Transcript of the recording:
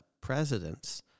president's